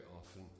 often